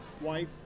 wife